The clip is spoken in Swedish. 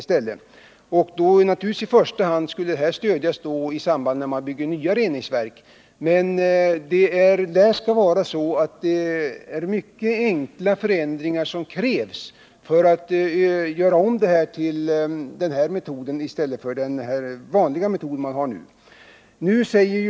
Stöd skulle i första hand utgå i samband med att man bygger nya reningsverk, men det lär gå att med mycket enkla förändringar kunna övergå till metoden med kalkfällning i befintliga reningsverk.